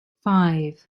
five